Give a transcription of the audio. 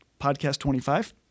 podcast25